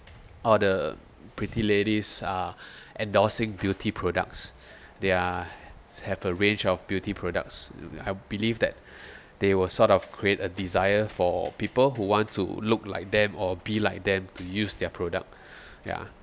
or the pretty ladies are endorsing beauty products they are have a range of beauty products I believe that they will sort of create a desire for people who want to look like them or be like them to use their product ya